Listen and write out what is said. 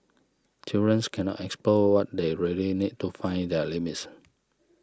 children's cannot explore what they really need to find their limits